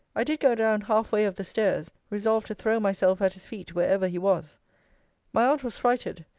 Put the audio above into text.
i did go down half way of the stairs, resolved to throw myself at his feet wherever he was my aunt was frighted.